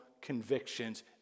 convictions